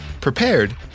prepared